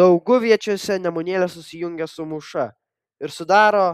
dauguviečiuose nemunėlis susijungia su mūša ir sudaro